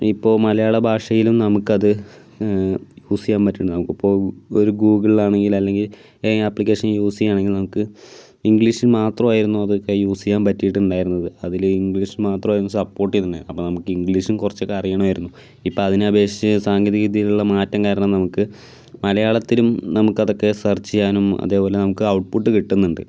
ഇപ്പോൾ മലയാള ഭാഷയിലും നമുക്കത് യൂസ് ചെയ്യാൻ പറ്റുന്നുണ്ട് നമുക്കിപ്പോൾ ഒരു ഗൂഗിളാണെങ്കിൽ അല്ലെങ്കിൽ അപ്ലിക്കേഷൻ യൂസ് ചെയ്യണമെങ്കിൽ നമുക്ക് ഇംഗ്ലീഷിൽ മാത്രമായിരുന്നു അതൊക്കെ യൂസ് ചെയ്യാൻ പറ്റിയിട്ടുണ്ടായിരുന്നത് അതിൽ ഇംഗ്ലീഷ് മാത്രമായിരുന്നു സപ്പോർട് ചെയ്തിരുന്നത് അപ്പോൾ നമുക്ക് ഇംഗ്ലീഷും കുറച്ചൊക്കെ അറിയണമായിരുന്നു ഇപ്പോൾ അതിനെ അപേക്ഷിച്ച് സാങ്കേതിക വിദ്യയിലുള്ള മാറ്റം കാരണം നമുക്ക് മലയാളത്തിലും നമുക്കതൊക്കെ സെർച്ച് ചെയ്യാനും അതേപോലെ നമുക്ക് ഔട്ട് പുട്ട് കിട്ടുന്നുണ്ട്